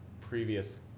previous